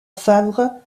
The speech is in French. favre